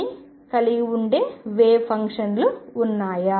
ని కలిగి ఉండే వేవ్ ఫంక్షన్లు ఉన్నాయా